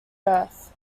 earth